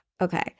okay